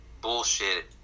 bullshit